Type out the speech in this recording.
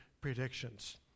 predictions